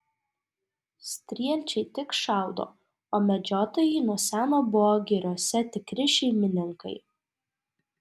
strielčiai tik šaudo o medžiotojai nuo seno buvo giriose tikri šeimininkai